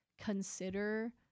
consider